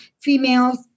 females